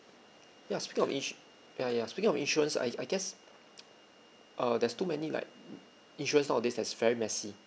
ya speaking of ins~ ya ya speaking of insurance I I guess uh there's too many like insurance nowadays that's very messy